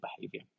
behavior